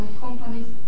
companies